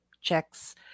checks